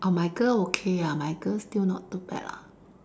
oh my girl okay ah my girl still not too bad lah